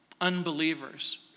unbelievers